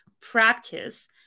practice